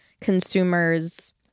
consumers